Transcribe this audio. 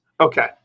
Okay